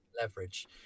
leverage